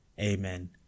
Amen